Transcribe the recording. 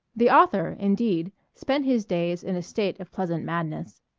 the author, indeed, spent his days in a state of pleasant madness.